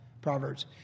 Proverbs